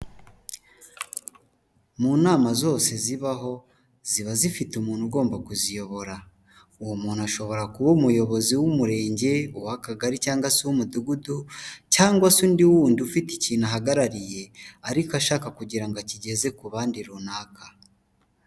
Mu nama zose zibaho ziba zifite umuntu ugomba kuziyobora, uwo muntu ashobora kuba umuyobozi w'umurenge uw'akagari cyangwa se w'umudugudu cyangwa se undi wundi ufite ikintu ahagarariye ariko ashaka kugira ngo akigeze ku bandi runaka.